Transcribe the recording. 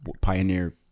pioneer